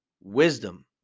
wisdom